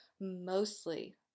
mostly